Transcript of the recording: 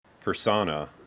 persona